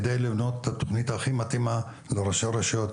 על מנת לבנות את התכנית הכי מתאימה לראשי הרשויות,